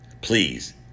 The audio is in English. please